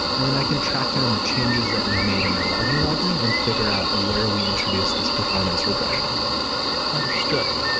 and then i can track down the changes that we've made in the logging library and figure out where we introduce this performance regression understood.